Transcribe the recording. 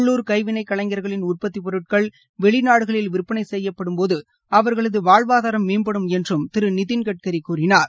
உள்ளூர் கைவினை கலைஞர்களின் உற்பத்திப் பொருட்கள் வெளிநாடுகளில் விற்பனை செய்யப்படும்போது அவா்களது வாழ்வாதாரம் மேம்படும் என்றும் திரு நிதின் கட்கரி கூறினார்